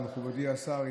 אז מכובדי השר,